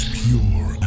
pure